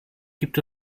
gibt